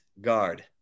guard